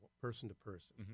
person-to-person